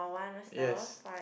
yes